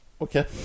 Okay